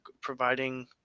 providing